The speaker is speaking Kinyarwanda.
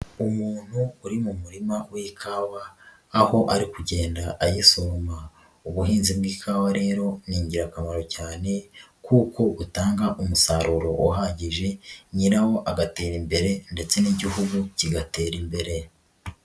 Umuntu uri mu murima w'ikawa aho ari kugenda ayisoroma, ubuhinzi bw'ikawa rero ni ingirakamaro cyane kuko butanga umusaruro uhagije, nyirawo agatera imbere ndetse n'Igihugu kigatera imbere.